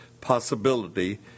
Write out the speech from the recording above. possibility